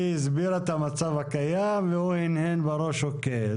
היא הסבירה את המצב הקיים והוא הנהן בראש אוקיי.